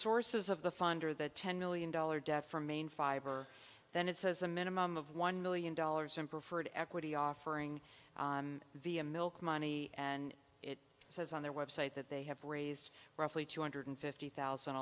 sources of the fund or the ten million dollar debt from maine fiver then it says a minimum of one million dollars in preferred equity offering via milk money and it says on their website that they have raised roughly two hundred fifty thousand